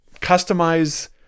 customize